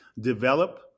Develop